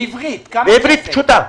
בעברית פשוטה.